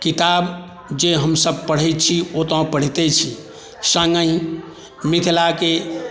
किताब जे हमसभ पढ़ैत छी ओ तऽ पढ़िते छी सङ्गहि मिथिलाके